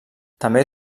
també